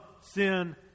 sin